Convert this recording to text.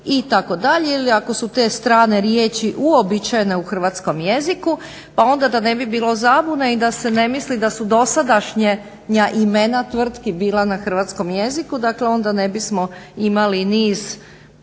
itd. ili ako su te strane riječi uobičajene u hrvatskom jeziku. Pa onda da ne bi bilo zabune i da se ne misli da su dosadašnja imena tvrtki bila na hrvatskom jeziku, dakle onda ne bismo imali niz, evo